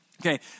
Okay